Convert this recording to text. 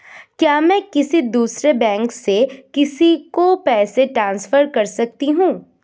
क्या मैं किसी दूसरे बैंक से किसी को पैसे ट्रांसफर कर सकती हूँ?